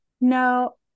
No